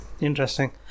Interesting